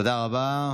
תודה רבה.